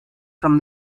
from